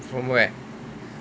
from where